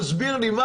תסביר לי.